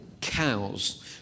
cows